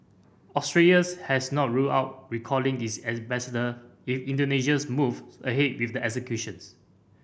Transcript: Australia's has not ruled out recalling its ambassador in Indonesia's move ahead with the executions